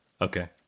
Okay